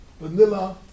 Vanilla